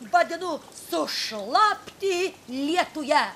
vadinu sušlapti lietuje